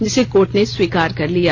जिसे कोर्ट ने स्वीकार कर लिया